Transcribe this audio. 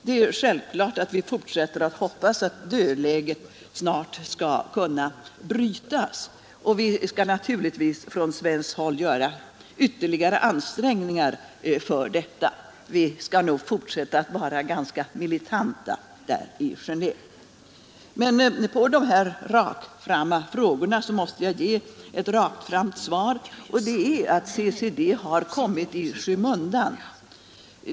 Det är självklart att vi fortsätter att hoppas att dödläget snart skall kunna brytas, och vi skall naturligtvis från svenskt håll göra ytterligare ansträngningar för detta — vi skall fortsätta att vara ganska militanta i Geneve. På de rättframma frågorna måste jag emellertid ge ett rättframt svar, och det är att CCD har kommit i skymundan.